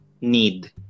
need